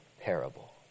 parable